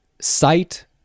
sight